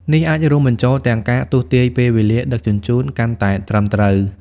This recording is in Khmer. នេះអាចរួមបញ្ចូលទាំងការទស្សន៍ទាយពេលវេលាដឹកជញ្ជូន កាន់តែត្រឹមត្រូវ។